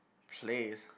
plays